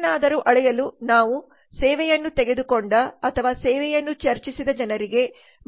ಏನನ್ನಾದರೂ ಅಳೆಯಲು ನಾವು ಸೇವೆಯನ್ನು ತೆಗೆದುಕೊಂಡ ಅಥವಾ ಸೇವೆಯನ್ನು ಚರ್ಚಿಸಿದ ಜನರಿಗೆ